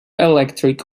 electric